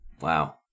Wow